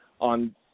on